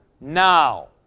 now